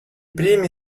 primi